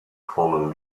fallen